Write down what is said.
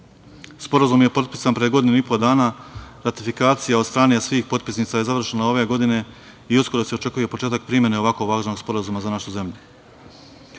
Sporazum je potpisan pre godinu i po dana. Ratifikacija od strane svih potpisnica je završena ove godine i uskoro se očekuje početak primene ovako važnog sporazuma za našu